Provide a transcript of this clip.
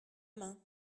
main